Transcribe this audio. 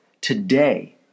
today